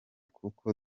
kuko